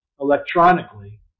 electronically